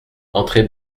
entrez